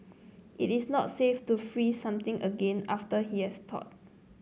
it is not safe to freeze something again after he has thawed